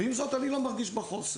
ועם זאת אני לא מרגיש בחוסר.